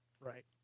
Right